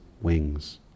wings